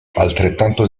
altrettanto